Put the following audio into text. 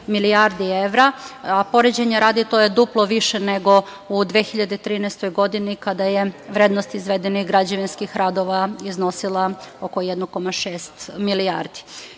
milijardi evra, a poređenja radi, to je duplo više nego u 2013. godini kada je vrednost izvedenih građevinskih radova iznosila oko 1,6 milijardi.